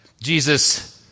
Jesus